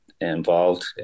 involved